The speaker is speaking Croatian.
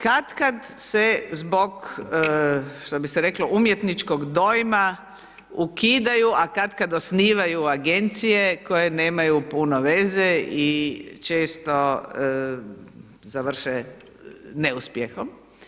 Katkad se zbog, što bi se reklo, umjetničkog dojma, ukidaju, a katkad osnivaju agencije koje nemaju puno veze i često završe neuspjehom.